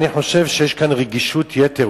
אני חושב שיש כאן רגישות יתר,